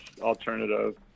alternative